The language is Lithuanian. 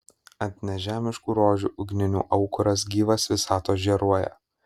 ant nežemiškų rožių ugninių aukuras gyvas visatos žėruoja